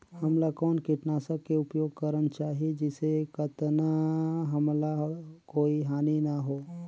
हमला कौन किटनाशक के उपयोग करन चाही जिसे कतना हमला कोई हानि न हो?